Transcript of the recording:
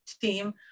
team